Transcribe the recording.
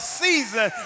season